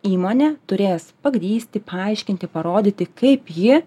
įmonė turės pagrįsti paaiškinti parodyti kaip ji